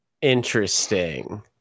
interesting